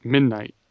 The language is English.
Midnight